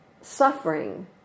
suffering